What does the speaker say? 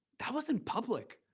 that was in public.